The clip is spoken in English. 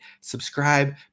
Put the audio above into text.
subscribe